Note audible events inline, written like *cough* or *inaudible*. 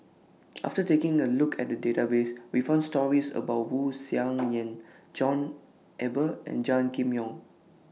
after taking A Look At The Database We found stories about Wu Tsai *noise* Yen John Eber and Gan Kim Yong